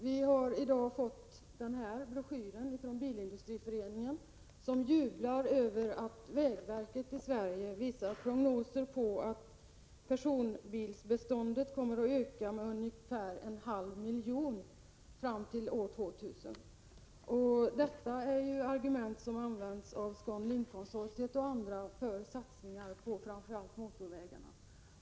Vi har i dag fått en broschyr från Bilindustriföreningen, där man jublar över att vägverket visar prognoser på att personbilsbeståndet kommer att öka med ungefär en halv miljon bilar fram till år 2000. Det är ett argument som används av ScanLink-konsortiet och andra för satsningar på framför allt motorvägarna.